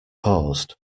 paused